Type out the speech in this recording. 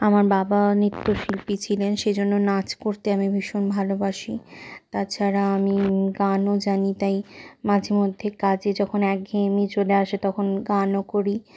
আমার বাবাও নৃত্যশিল্পী ছিলেন সেই জন্য নাচ করতে আমি ভীষণ ভালোবাসি তাছাড়া আমি গানও জানি তাই মাঝেমধ্যে কাজে যখন একঘেয়েমি চলে আসে তখন গানও করি